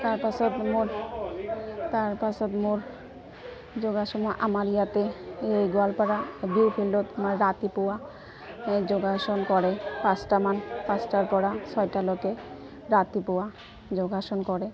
তাৰপাছত মোৰ তাৰপাছত মোৰ যোগাসন আমাৰ ইয়াতে এই গোৱালপাৰা বিহু ফিল্ডত আমাৰ ৰাতিপুৱা এই যোগাসন কৰে পাঁচটামান পাঁচটাৰপৰা ছয়টালৈকে ৰাতিপুৱা যোগাসন কৰে